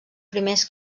primers